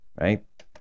right